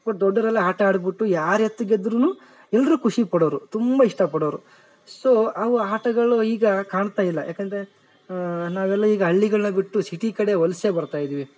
but ದೊಡ್ಡೋರೆಲ್ಲ ಆಟ ಆಡ್ಬುಟ್ಟು ಯಾರ ಎತ್ತು ಗೆದ್ದರೂನು ಎಲ್ಲರು ಖುಷಿ ಪಡೋರು ತುಂಬ ಇಷ್ಟ ಪಡೋರು ಸೊ ಅವು ಆಟಗಳು ಈಗ ಕಾಣ್ತಾಯಿಲ್ಲ ಯಾಕೆಂದರೆ ನಾವೆಲ್ಲ ಈಗ ಹಳ್ಳಿಗಳ್ನ ಬಿಟ್ಟು ಸಿಟಿ ಕಡೆ ವಲಸೆ ಬರ್ತಾ ಇದ್ದೀವಿ